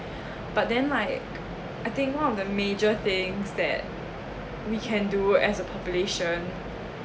but then like I think one of the major things that we can do as a population